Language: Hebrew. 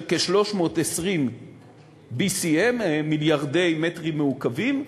של כ-320 BCM, מיליארדי מטרים מעוקבים,